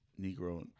negro